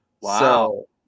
Wow